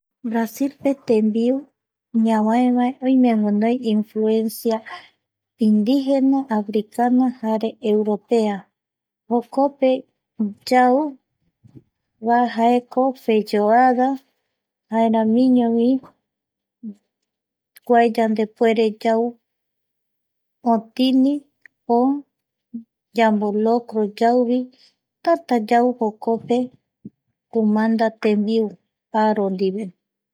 Brasilpe tembiu ñavaeva oime guinoi influencia indígena africano jare europea jokope yauva jaeko feyoada jaeramiñovi kua, yandepuere yau otini o yamolocro yauvi tätä yau jokope kumanda tembiu aro ndive